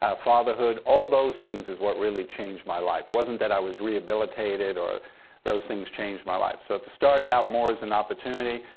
ah fatherhood. all those things is what really really changed my life. wasn't that i was rehabilitated or those things changed my life. so it started out more as an opportunity.